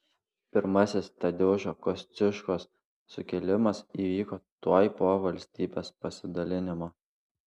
pirmasis tadeušo kosciuškos sukilimas įvyko tuoj po valstybės pasidalinimo